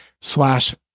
slash